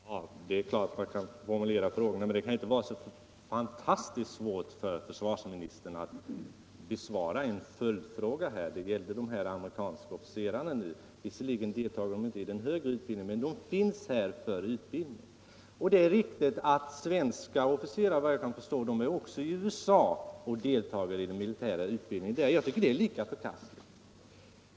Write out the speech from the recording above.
Herr talman! Det är klart att man kan formulera frågorna annorlunda. Men det kan inte vara så fantastiskt svårt för försvarsministern att här besvara en följdfråga. Det gällde nu dessa amerikanska officerare. Visserligen deltar de inte i den högre utbildningen, men de finns här för utbildning. Det är riktigt att svenska officerare också är i USA och deltar i den militära utbildningen där. Jag tycker det är lika förkastligt.